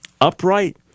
upright